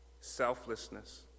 selflessness